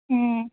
ହୁଁ